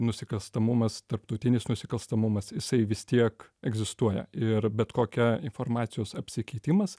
nusikalstamumas tarptautinis nusikalstamumas jisai vis tiek egzistuoja ir bet kokia informacijos apsikeitimas